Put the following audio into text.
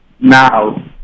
now